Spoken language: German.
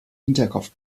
hinterkopf